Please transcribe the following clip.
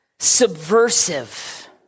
subversive